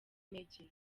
intege